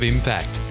Impact